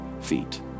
feet